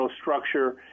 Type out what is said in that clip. structure